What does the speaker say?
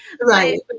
right